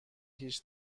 هیچ